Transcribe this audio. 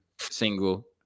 single